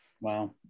Wow